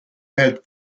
had